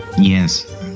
Yes